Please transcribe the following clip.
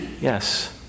yes